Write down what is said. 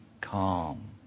calm